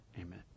amen